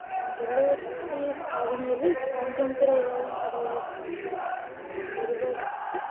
ಬೆಳೆಹಕ್ಕಿ ಸಾಗಣೆಯಲ್ಲಿ ಸಾಂಕ್ರಾಮಿಕ ರೋಗಗಳನ್ನ ತಡೆಗಟ್ಟೋಕ್ಕೆ ಅಥವಾ ನಿರ್ವಹಿಸೋಕ್ಕೆ